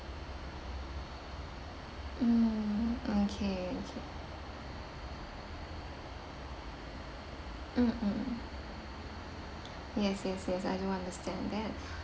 mm okay okay mm mm yes yes yes I do understand that